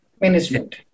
management